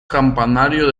campanario